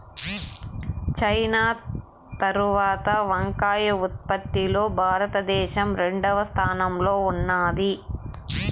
China తరవాత వంకాయ ఉత్పత్తి లో భారత దేశం రెండవ స్థానం లో ఉన్నాది